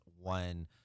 one